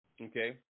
Okay